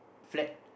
flat